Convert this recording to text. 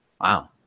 wow